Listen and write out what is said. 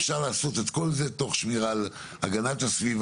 אפשר יהיה לעשות את כל זה תוך שמירה על הגנת הסביבה,